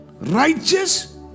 Righteous